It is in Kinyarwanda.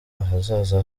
ahazaza